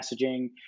messaging